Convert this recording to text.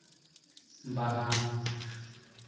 ᱵᱟᱦᱟ